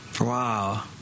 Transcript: Wow